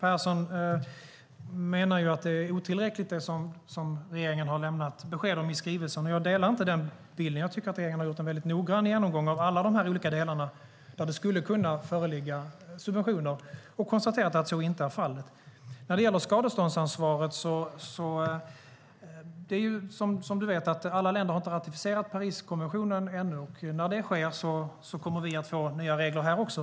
Fru talman! Kent Persson menar att det som regeringen har lämnat besked om i skrivelsen är otillräckligt. Jag delar inte den uppfattningen. Jag tycker att regeringen har gjort en mycket noggrann genomgång av alla de olika delar där det skulle kunna föreligga subventioner och konstaterat att så inte är fallet. Sedan gäller det skadeståndsansvaret. Som Kent Persson vet har inte alla länder ratificerat Pariskonventionen ännu. När det sker kommer vi att få nya regler här också.